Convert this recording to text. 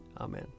Amen